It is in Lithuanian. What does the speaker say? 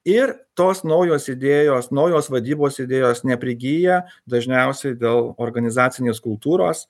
ir tos naujos idėjos naujos vadybos idėjos neprigyja dažniausiai dėl organizacinės kultūros